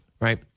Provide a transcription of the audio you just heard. Right